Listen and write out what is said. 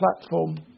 platform